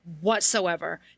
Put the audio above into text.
whatsoever